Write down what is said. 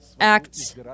acts